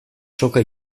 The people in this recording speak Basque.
soka